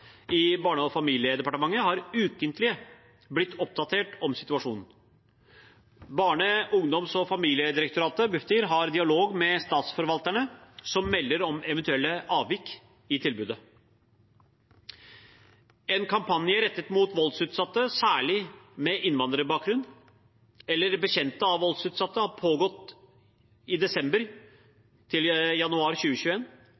i Barne- og familiedepartementet har ukentlig blitt oppdatert om situasjonen. Barne-, ungdoms- og familiedirektoratet, Bufdir, har dialog med statsforvalterne, som melder om eventuelle avvik i tilbudet. En kampanje rettet mot voldsutsatte, særlig med innvandrerbakgrunn, eller bekjente av voldsutsatte, har pågått